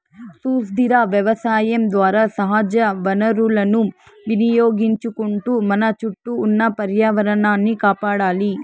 సుస్థిర వ్యవసాయం ద్వారా సహజ వనరులను వినియోగించుకుంటూ మన చుట్టూ ఉన్న పర్యావరణాన్ని కాపాడాలి